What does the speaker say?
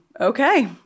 okay